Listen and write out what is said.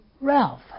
Ralph